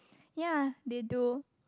ya they do